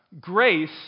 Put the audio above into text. grace